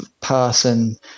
person